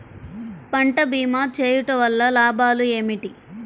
పంట భీమా చేయుటవల్ల లాభాలు ఏమిటి?